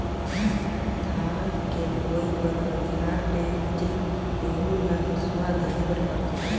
धान के लूवई बर बनिहार लेगजे तेहु ल हेसुवा देहे बर परथे